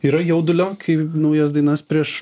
yra jaudulio kai naujas dainas prieš